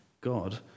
God